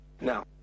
Now